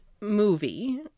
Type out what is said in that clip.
movie